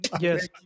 yes